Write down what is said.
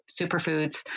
superfoods